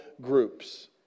groups